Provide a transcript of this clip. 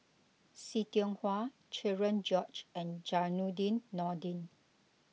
See Tiong Wah Cherian George and Zainudin Nordin